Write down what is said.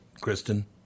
Kristen